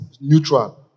neutral